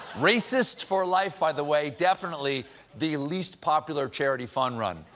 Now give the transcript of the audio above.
racist for life, by the way, definitely the least popular charity fun-run.